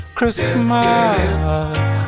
Christmas